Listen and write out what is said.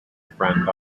friend